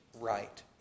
right